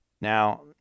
Now